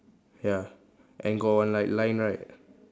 ya and got one like line right